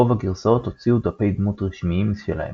רוב הגרסאות הוציאו דפי דמות רשמיים משלהם.